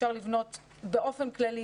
אפשר לבנות באופן כללי,